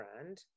brand